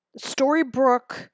Storybrooke